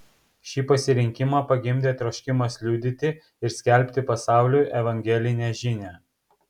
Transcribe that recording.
šį pasirinkimą pagimdė troškimas liudyti ir skelbti pasauliui evangelinę žinią